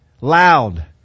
loud